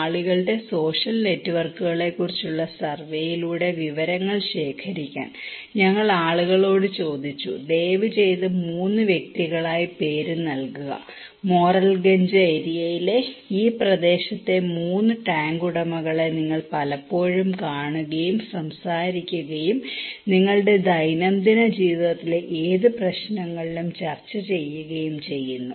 ആളുകളുടെ സോഷ്യൽ നെറ്റ്വർക്കുകളെക്കുറിച്ചുള്ള സർവേയിലൂടെ വിവരങ്ങൾ ശേഖരിക്കാൻ ഞങ്ങൾ ആളുകളോട് ചോദിച്ചു ദയവുചെയ്ത് 3 വ്യക്തികളായി പേര് നൽകുക മോറെൽഗഞ്ച് ഏരിയയിലെ ഈ പ്രദേശത്തെ 3 ടാങ്ക് ഉടമകളെ നിങ്ങൾ പലപ്പോഴും കാണുകയും സംസാരിക്കുകയും നിങ്ങളുടെ ദൈനംദിന ജീവിതത്തിലെ ഏത് പ്രശ്നങ്ങളിലും ചർച്ച ചെയ്യുകയും ചെയ്യുന്നു